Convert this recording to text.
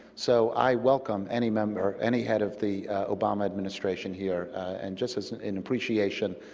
so i welcome any member, any head of the obama administration here and just as an appreciation.